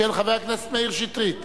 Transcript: של חבר הכנסת מאיר שטרית.